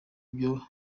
byo